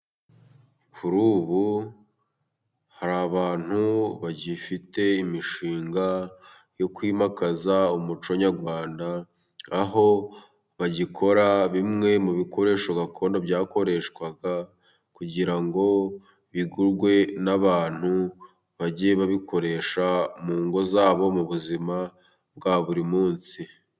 Kuri ubu hari abantu bagifite imishinga yo kwimakaza umuco nyarwanda, aho bagikora bimwe mu bikoresho bakora, byakoreshwaga kugira ngo bigurwe n'abantu bagiye babikoresha mu ngo zabo mu buzima bwa buri munsi.